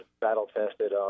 battle-tested